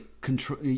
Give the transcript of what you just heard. control